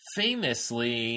famously